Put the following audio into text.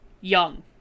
Young